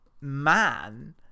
man